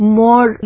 more